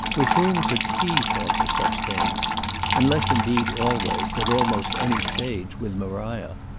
with whom could he talk of such things unless indeed always, at almost any stage, with maria?